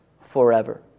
forever